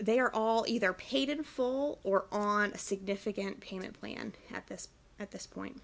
they are all either paid in full or on a significant payment plan at this at this point